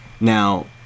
now